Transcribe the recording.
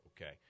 Okay